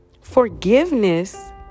Forgiveness